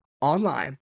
online